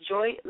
Joy